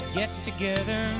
get-together